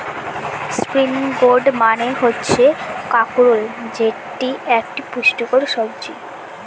spiny gourd মানে হচ্ছে কাঁকরোল যেটি একটি পুষ্টিকর সবজি